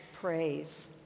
praise